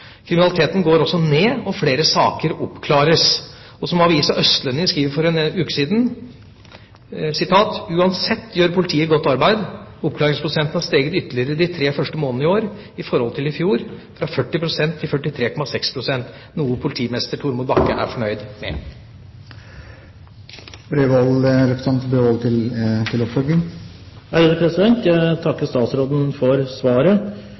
Kriminaliteten går også ned, og flere saker oppklares. Som avisa Østlendingen skrev for en uke siden: «Uansett gjør politiet godt arbeid. Oppklaringsprosenten har steget ytterligere de tre første månedene i år, i forhold til i fjor; fra 40 prosent til 43,6 prosent. Noe politimester Tormod Bakke er fornøyd med». Jeg takker statsråden for svaret. Først vil jeg si at jeg har den største tillit og tiltro til og respekt for